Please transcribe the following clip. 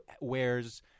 wears